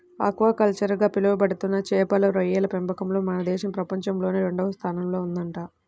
aquaculture గా పిలవబడుతున్న చేపలు, రొయ్యల పెంపకంలో మన దేశం ప్రపంచంలోనే రెండవ స్థానంలో ఉందంట